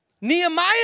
Nehemiah